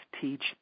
teach